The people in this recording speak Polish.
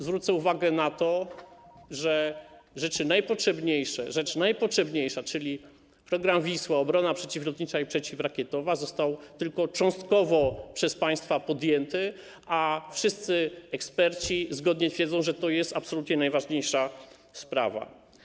Zwrócę uwagę na to, że rzecz najpotrzebniejsza, czyli program „Wisła”, obrona przeciwlotnicza i przeciwrakietowa, został tylko cząstkowo przez państwa podjęty, a wszyscy eksperci zgodnie twierdzą, że to jest absolutnie najważniejsza sprawa.